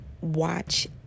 watch